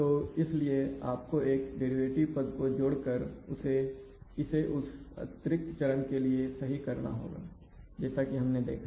तो इसलिए आपको एक डेरिवेटिव पद को जोड़कर इसे उस अतिरिक्त चरण के लिए सही करना होगा जैसा कि हमने देखा है